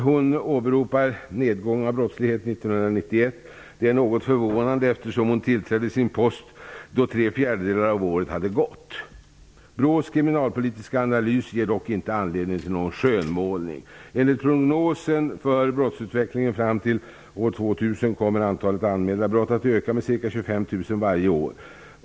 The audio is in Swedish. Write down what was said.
Hon åberopar till stöd för sin politik nedgång av brottslighet 1991. Det är något förvånande, eftersom hon tillträdde sin post då tre fjärdedelar av året hade gått. BRÅ:s kriminalpolitiska analys ger dock inte anledning till någon skönmålning. Enligt prognosen för brottsutvecklingen fram till år 2000 kommer antalet anmälda brott att öka med ca 25 000 varje år.